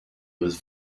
was